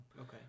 Okay